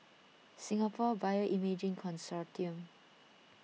Singapore Bioimaging Consortium